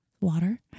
water